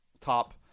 top